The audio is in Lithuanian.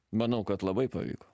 manau kad labai pavyko